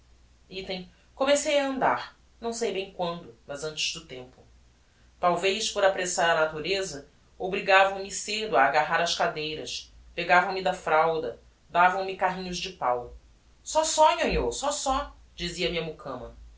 item comecei a andar não sei bem quando mas antes do tempo talvez por apressar a natureza obrigavam me cedo a agarrar ás cadeiras pegavam me da fralda davam me carrinhos de páu só só nhonhô só só dizia-me a mucama